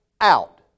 out